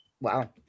Wow